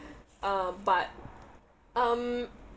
uh but um